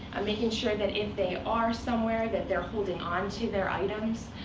making sure that if they are somewhere, that they're holding onto their items.